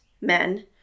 men